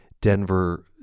Denver